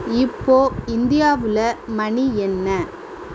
இப்போ இந்தியாவில் மணி என்ன